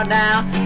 now